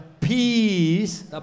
peace